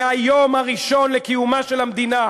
מהיום הראשון לקיומה של המדינה.